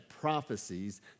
prophecies